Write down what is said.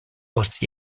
post